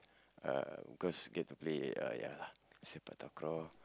uh because get to play uh ya lah sepak takraw